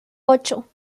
ocho